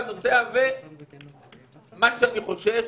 מה שאני חושש,